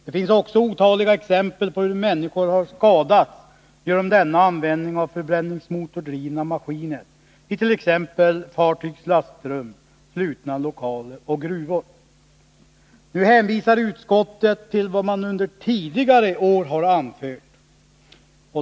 Det finns också otaliga exempel på hur människor har skadats genom denna användning av Nu hänvisar utskottet till vad man under tidigare år anfört.